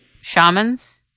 Shamans